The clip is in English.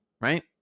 right